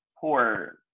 poor